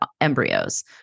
embryos